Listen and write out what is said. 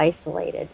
isolated